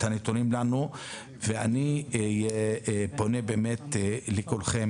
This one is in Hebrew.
אין סופרמנים גם בפרקליטות